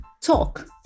talk